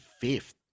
fifth